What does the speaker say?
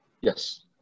yes